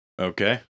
Okay